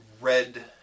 Red